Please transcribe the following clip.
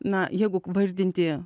na jeigu vardinti